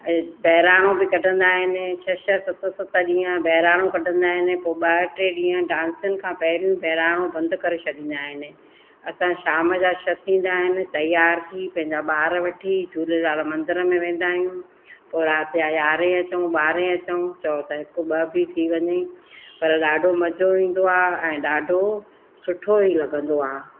ए बहिराणो बि कढंदा आहिनि छह छह सत सत ॾींहं बहिराणो कढंदा आहिनि पोइ ॿ टे ॾींहं डांसुनि खां पहिरियूं बहिराणो बंदि करे छॾींदा आहिनि असां शाम जा छह थींदा आहिनि तयार थी पंहिंजा ॿार वठी झूलेलाल मंदर में वेंदा आहियूं पोइ राति जा यारहें अचूं ॿारहें अचूं चओ त हिकु ॿ बि थी वञे पर ॾाढो मज़ो ईंदो आहे ऐं ॾाढो सुठो ई लॻंदो आहे